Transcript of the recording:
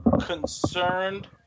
concerned